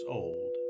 old